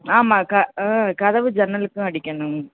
ஆமாம் ஆ கதவு ஜன்னலுக்கும் அடிக்கணும்